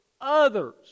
others